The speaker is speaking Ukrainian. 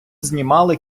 знімали